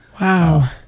Wow